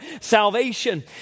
salvation